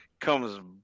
comes